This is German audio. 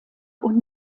und